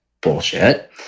bullshit